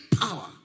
power